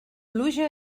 pluja